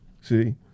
See